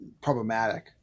problematic